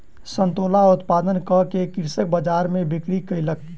संतोला उत्पादन कअ के कृषक बजार में बिक्री कयलक